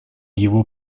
его